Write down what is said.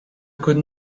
could